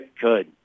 good